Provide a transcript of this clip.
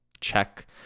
check